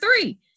three